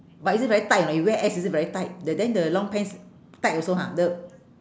but is it very tight or not you wear S is it very tight the then the long pants tight also ha the